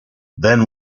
then